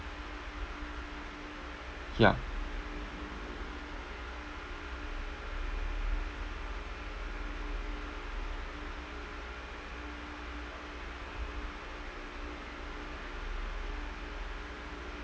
yeah